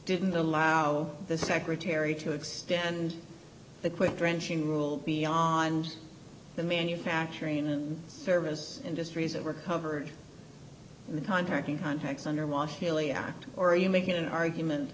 didn't allow the secretary to extend the quick drenching rule beyond the manufacturing and service industries that were covered in the contracting contracts under wash hilly act or are you making an argument